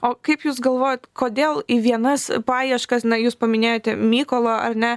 o kaip jūs galvojat kodėl į vienas paieškas na jūs paminėjote mykolo ar ne